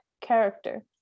character